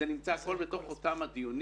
זה הכול נמצא בתוך אותם הדיונים.